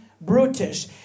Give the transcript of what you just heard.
brutish